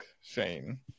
Shane